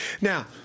Now